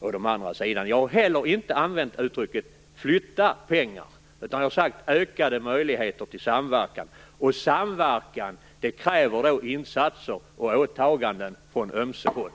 Jag har inte heller använt uttrycket "flytta pengar", utan jag har sagt "ökade möjligheter till samverkan". Samverkan kräver då insatser och åtaganden från ömse håll.